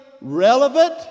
relevant